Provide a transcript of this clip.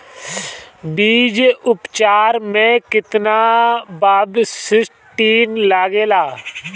बीज उपचार में केतना बावस्टीन लागेला?